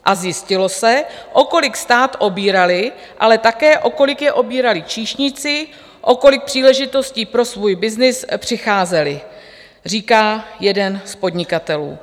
A zjistilo se, o kolik stát obírali, ale také, o kolik je obírali číšníci, o kolik příležitostí pro svůj byznys přicházeli, říká jeden z podnikatelů.